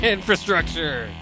Infrastructure